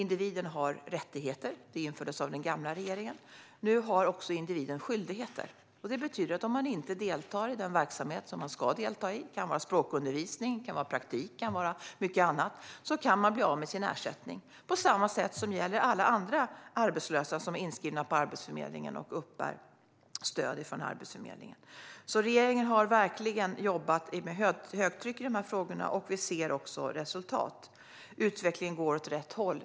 Individen har rättigheter som infördes av den gamla regeringen, men nu har individen också skyldigheter. Det betyder att om man inte deltar i den verksamhet som man ska delta i - språkundervisning, praktik och mycket annat - kan man bli av med sin ersättning på samma sätt som gäller alla andra arbetslösa som är inskrivna på och uppbär stöd från Arbetsförmedlingen. Regeringen har verkligen jobbat för högtryck i dessa frågor, och vi ser också resultat. Utvecklingen går åt rätt håll.